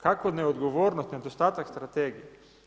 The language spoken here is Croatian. Kako neodgovornost, nedostatak strategije.